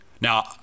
now